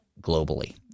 globally